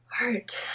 Art